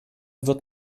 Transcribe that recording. wird